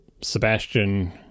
sebastian